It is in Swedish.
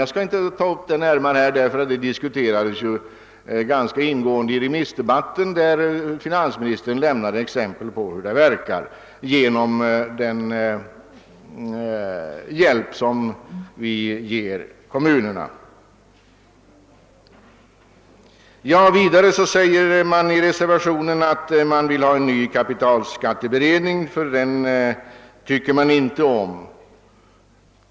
Jag skall inte nu närmare gå in på denna fråga eftersom den diskuterades ganska ingående under remissdebatten, där finansministern lämnade exempel på reformens verkningar sedan hänsyn tagits till den hjälp som kommunerna erhåller från staten. I reservationen 1 efterlyses en ny kapitalskatteberedning, eftersom man inte tycker om det nyligen framlagda betänkandet.